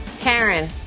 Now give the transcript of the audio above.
Karen